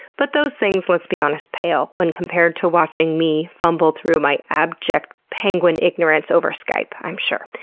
but those things, let's be honest, pale when compared to watching me fumble through my abject penguin ignorance over skype, i'm sure.